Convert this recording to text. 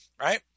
right